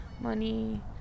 money